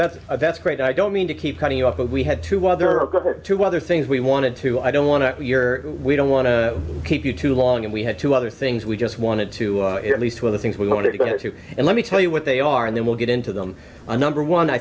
that's a that's great i don't mean to keep cutting you off but we had to well there are two other things we wanted to i don't want to be your we don't want to keep you too long and we had two other things we just wanted to hear at least two of the things we wanted to get to and let me tell you what they are and then we'll get into them a number one i